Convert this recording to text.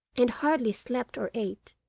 and hardly slept or ate,